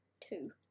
two